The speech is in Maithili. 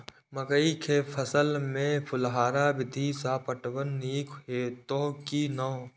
मकई के फसल में फुहारा विधि स पटवन नीक हेतै की नै?